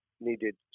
needed